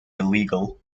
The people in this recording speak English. illegal